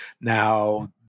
Now